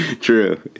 True